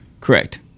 Correct